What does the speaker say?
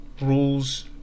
rules